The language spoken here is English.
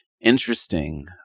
interesting